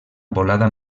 volada